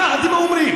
כך אתם אומרים.